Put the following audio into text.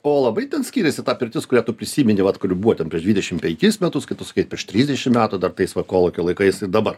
o labai skiriasi ta pirtis kurią tu prisimeni vat kur buvo ten prieš dvidešimt penkis metus kaip tu sakai prieš trisdešimt metų dar tais va kolūkio laikais ir dabar